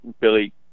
Billy